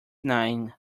nine